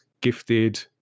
gifted